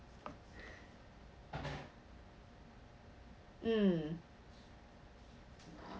mm